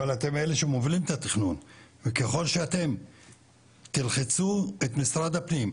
אבל אתם אלה שמובילים את התכנון וככול שאתם תלחצו את משרד הפנים,